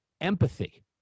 empathy